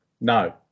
No